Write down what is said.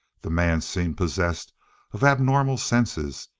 the man seemed possessed of abnormal senses.